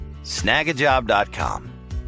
Snagajob.com